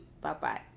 Bye-bye